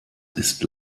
ist